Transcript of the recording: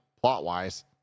plot-wise